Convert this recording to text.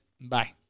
Bye